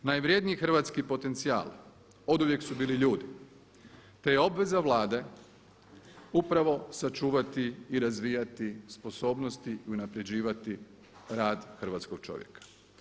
Najvrjedniji hrvatski potencijal oduvijek su bili ljudi te je obveza Vlade upravo sačuvati i razvijati sposobnosti i unapređivati rad hrvatskog čovjeka.